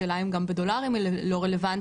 השאלה אם גם בדולרים היא לא רלוונטית?